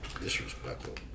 Disrespectful